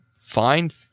find